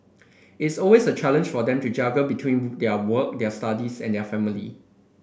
it's always a challenge for them to juggle between their work their studies and their family